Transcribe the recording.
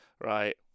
right